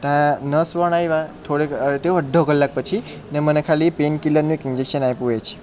ત્યાં નર્સ બેન આવ્યાં થોડીક તે પણ અડધો કલાક પછી ને મને ખાલી પેઈનકીલરને એક ઇન્જેકશન આપ્યું એજ